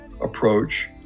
approach